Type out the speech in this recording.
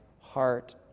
heart